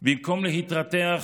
במקום להתרתח,